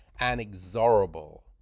inexorable